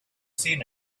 seen